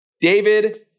David